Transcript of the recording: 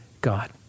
God